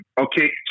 okay